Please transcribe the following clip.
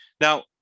now